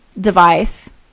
device